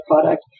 product